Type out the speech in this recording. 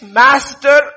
master